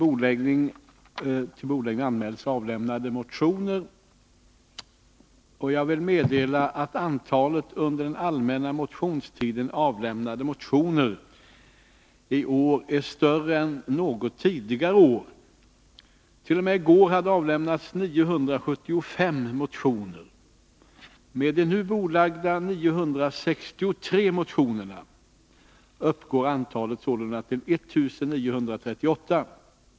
Jag vill meddela att antalet under den allmänna motionstiden avlämnade motioner i år är större än något tidigare år. T. o. m. i går hade avlämnats 975 motioner. Med de nu bordlagda 967 motionerna uppgår antalet sålunda till 1942.